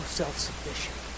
self-sufficient